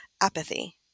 apathy